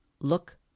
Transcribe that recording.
look